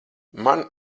man